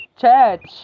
church